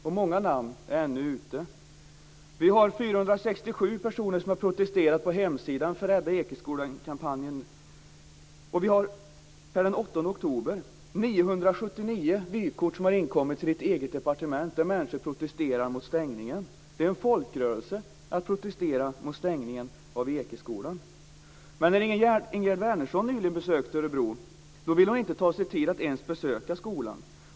Och många listor med namn finns fortfarande ute på olika platser. 467 personer har protesterat på Hemsidan till förmån för Rädda Ekeskolan-kampanjen. Per den 8 oktober har 979 vykort inkommit till statsrådets eget departement. Människor protesterar där mot stängningen av Ekeskolan. Det är en folkrörelse att protestera mot stängningen av den här skolan. Men när Ingegerd Wärnersson nyligen besökte Örebro tog hon sig inte ens tid att besöka skolan.